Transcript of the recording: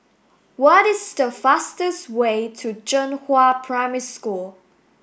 what is the fastest way to Zhenghua Primary School